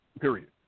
period